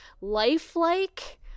lifelike